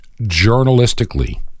journalistically